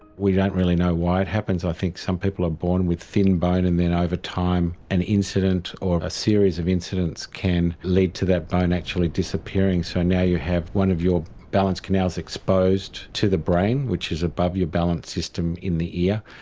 we don't really know why it happens. i think some people are born with thin bone and then over time an incident or a series of incidents can lead to that bone actually disappearing. so now you have one of your balance canals exposed to the brain, which is above your balance system in the ear,